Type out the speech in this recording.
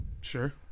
Sure